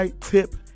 tip